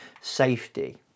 safety